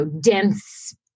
dense